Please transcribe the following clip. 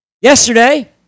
Yesterday